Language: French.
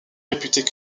réputées